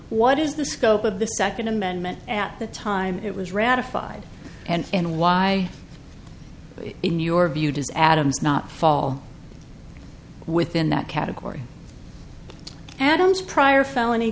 what is the scope of the second amendment at the time it was ratified and why in your view does adams not fall within that category adam's prior felony